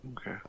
okay